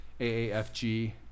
AAFG